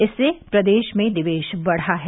इससे प्रदेश में निवेश बढ़ा है